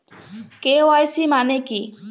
KYC মানে কী?